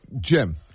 Jim